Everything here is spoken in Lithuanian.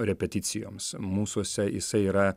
repeticijoms mūsuose jisai yra